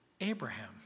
Abraham